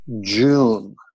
June